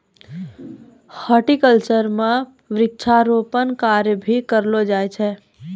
horticulture म वृक्षारोपण कार्य भी करलो जाय छै